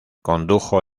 condujo